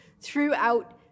throughout